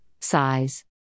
size